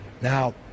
Now